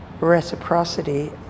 reciprocity